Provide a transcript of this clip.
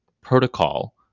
protocol